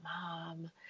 mom